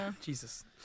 Jesus